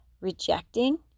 rejecting